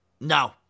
No